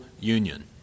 union